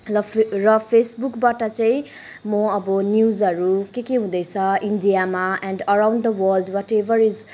र फे र फेसबुकबाट चाहिँ म अब न्युजहरू के के हुँदैछ इन्डियामा and around the world whatever is happening